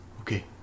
Okay